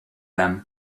them